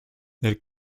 nel